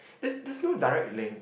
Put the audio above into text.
there's there's no direct link